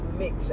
mix